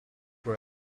were